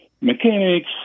mechanics